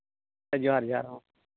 ᱡᱚᱦᱟᱨ ᱡᱚᱦᱟᱨ ᱦᱚᱸ